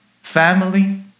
Family